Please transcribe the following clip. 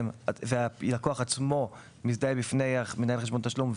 הלקוח עצמו מזדהה בפני מנהל חשבון התשלום,